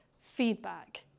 feedback